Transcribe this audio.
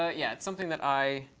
ah yeah. it's something that i